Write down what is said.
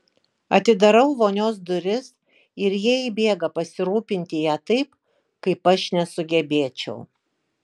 atidarau vonios duris ir jie įbėga pasirūpinti ja taip kaip aš nesugebėčiau